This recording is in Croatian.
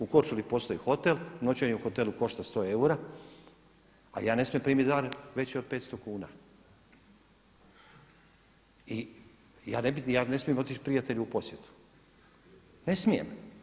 U Korčuli postoji hotel, noćenje u hotelu košta sto eura, a ja ne smijem primiti dar veći od 500 kuna i ja ne smijem otići prijatelju u posjetu, ne smijem.